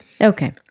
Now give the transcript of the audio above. Okay